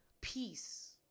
peace